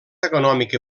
econòmica